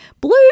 Blue